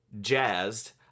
jazzed